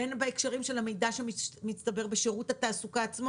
בין בהקשרים של המידע שמצטבר בשירות התעסוקה עצמו